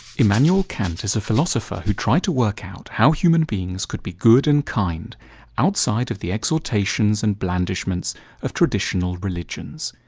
immanuel kant is a philosopher who tried to work out how human beings could be good and kind outside of the exaltations and blandishments of traditional religions.